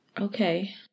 Okay